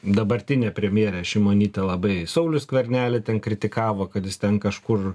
dabartinė premjerė šimonytė labai saulių skvernelį ten kritikavo kad jis ten kažkur